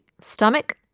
stomach